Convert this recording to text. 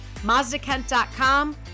Mazdakent.com